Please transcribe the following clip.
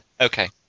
Okay